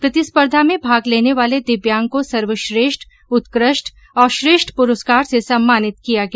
प्रतिस्पर्धा में भाग लेने वाले दिव्यांग को सर्वश्रेष्ठ उत्कृष्ट और श्रेष्ठ प्रस्कार से सम्मानित किया गया